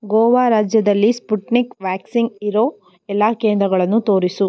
ಗೋವಾ ರಾಜ್ಯದಲ್ಲಿ Sputnik vaccine ಇರೋ ಎಲ್ಲ ಕೇಂದ್ರಗಳನ್ನೂ ತೋರಿಸು